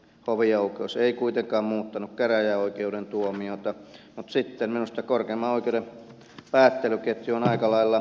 hovioikeus ei kuitenkaan muuttanut käräjäoikeuden tuomiota mutta sitten minusta korkeimman oikeuden päättelyketju on aika lailla looginen